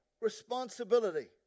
responsibility